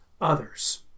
others